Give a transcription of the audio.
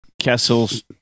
Kessel's